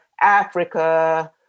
Africa